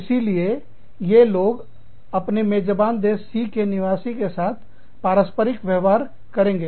इसीलिए ये लोगों अपने मेजबान देश C के निवासियों के साथ पारस्परिक व्यवहार करेंगे